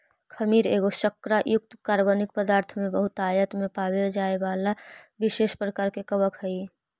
खमीर एगो शर्करा युक्त कार्बनिक पदार्थ में बहुतायत में पाबे जाए बला विशेष प्रकार के कवक हई